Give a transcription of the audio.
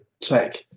tech